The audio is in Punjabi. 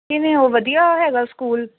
ਕਿਵੇਂ ਉਹ ਵਧੀਆ ਹੈਗਾ ਸਕੂਲ